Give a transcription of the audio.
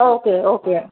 okay okay